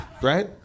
right